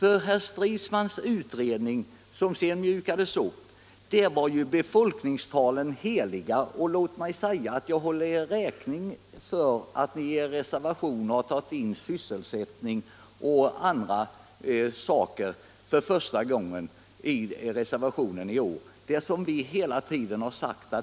I herr Stridsmans utredning, som sedan mjukades upp, var befolkningstalen heliga. Jag håller er räkning för att ni i er reservation nu har tagit med sysselsättning och andra saker för första gången i år. Dessa saker har vi ju hela tiden påpekat.